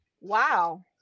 Wow